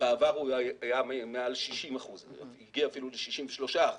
בעבר הוא היה מעל 60 אחוזים והגיע אפילו ל-63 אחוזים.